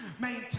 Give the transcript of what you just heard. Maintain